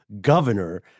governor